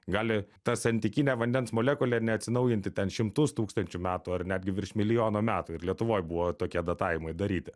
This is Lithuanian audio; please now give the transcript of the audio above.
gali ta santykinė vandens molekulė neatsinaujinti ten šimtus tūkstančių metų ar netgi virš milijono metų ir lietuvoj buvo tokie datavimai daryti